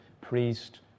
priest